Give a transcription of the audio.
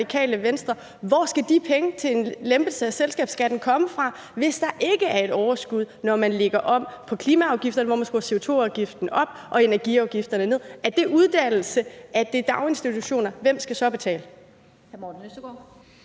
Hvor skal de penge til en lempelse af selskabsskatten komme fra, hvis der ikke er et overskud, når man lægger klimaafgifterne om, sådan at man skruer CO2-afgiften op og energiafgifterne ned? Er det fra uddannelserne, eller er det fra daginstitutionerne? Hvem skal betale?